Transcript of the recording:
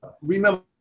remember